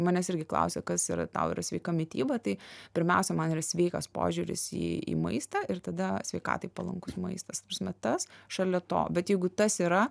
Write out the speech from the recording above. manęs irgi klausia kas yra tau yra sveika mityba tai pirmiausia man yra sveikas požiūris į į maistą ir tada sveikatai palankus maistas ta prasme tas šalia to bet jeigu tas yra